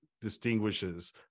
distinguishes